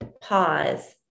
pause